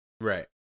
right